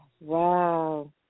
wow